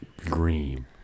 green